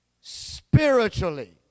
spiritually